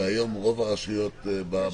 היום רוב הרשויות בעבירה הזאת?